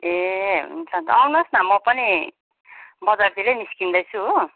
ए हुन्छ अन्त आउनुहोस न म पनि बजारतिरै निस्किँदैछु हो